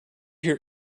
here